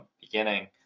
beginning